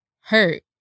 hurt